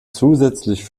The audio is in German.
zusätzlich